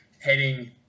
heading